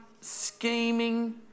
scheming